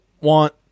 want